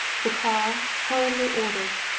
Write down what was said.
the car, hurriedly ordered,